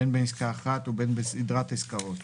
בין בעסקה אחת ובין בסדרת עסקאות,